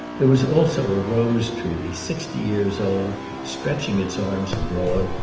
there was also a rose-tree sixty years old stretching its arms abroad,